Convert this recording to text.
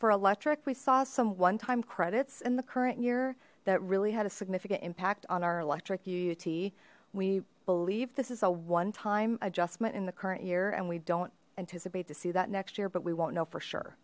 for electric we saw some one time credits in the current year that really had a significant impact on our electric uut we believe this is a one time adjustment in the current year and we don't anticipate to see that next year but we won't know for sure